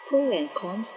pro and cons